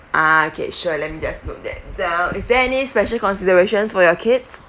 ah okay sure let me just note that down is there any special considerations for your kids